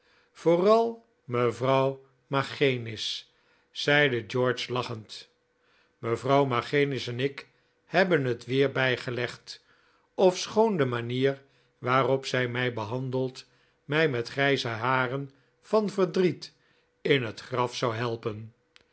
vooral mevrouw magenis zeide george lachend mevrouw magenis en ik hebben het weer bijgelegd ofschoon de manier waarop zij mij behandelt mij met grijze haren van verdriet in het graf zou helpen